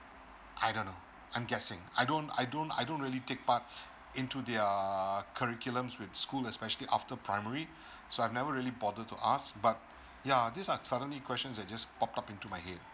I don't know I'm guessing I don't I don't I don't really take part into their curriculum's with school especially after primary so I've never really bothered to ask but yeah this are suddenly questions that just popped up into my head